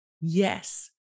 Yes